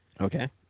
Okay